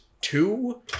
two